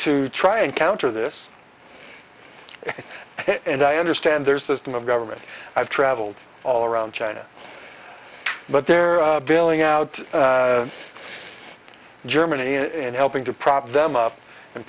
to try and counter this and i understand there's system of government i've traveled all around china but they're billing out germany and helping to prop them up and